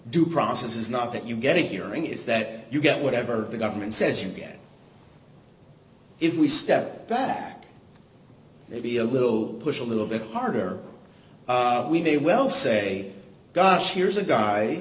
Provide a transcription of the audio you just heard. due process is not that you get a hearing is that you get whatever the government says you get if we step back maybe a little push a little bit harder we may well say here's a guy